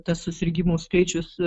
tas susirgimų skaičius